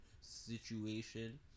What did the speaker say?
situation